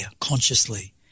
consciously